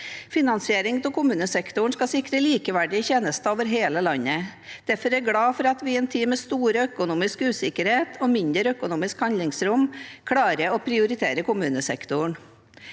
Finansieringen av kommunesektoren skal sikre likeverdige tjenester over hele landet. Derfor er jeg glad for at vi i en tid med stor økonomisk usikkerhet og mindre økonomisk handlingsrom klarer å prioritere kommunesektoren.